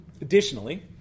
Additionally